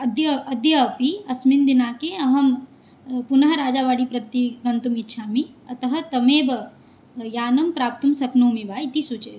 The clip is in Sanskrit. अद्यपि अस्मिन् दिनाङ्के अहं पुनः राजवाडिप्रति गन्तुम् इच्छामि अतः तमेव यानं प्राप्तुं शक्नोमि वा इति सूचयतु